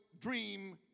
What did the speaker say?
dream